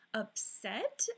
upset